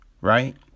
right